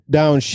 down